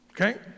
okay